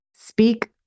speak